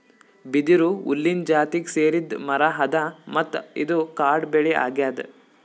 ಬಿದಿರು ಹುಲ್ಲಿನ್ ಜಾತಿಗ್ ಸೇರಿದ್ ಮರಾ ಅದಾ ಮತ್ತ್ ಇದು ಕಾಡ್ ಬೆಳಿ ಅಗ್ಯಾದ್